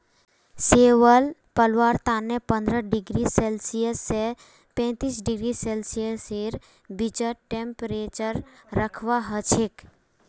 शैवाल पलवार तने पंद्रह डिग्री सेल्सियस स पैंतीस डिग्री सेल्सियसेर बीचत टेंपरेचर रखवा हछेक